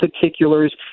particulars